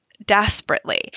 desperately